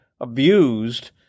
abused